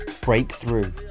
breakthrough